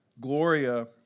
Gloria